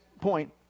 point